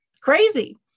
crazy